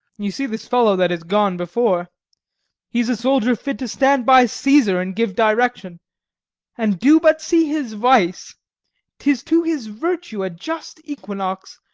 you see this fellow that is gone before he is a soldier fit to stand by caesar and give direction and do but see his vice tis to his virtue a just equinox,